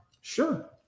Sure